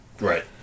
Right